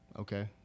okay